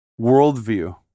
worldview